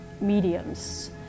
mediums